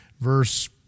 verse